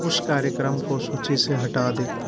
उस कार्यक्रम को सूची से हटा दें